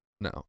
no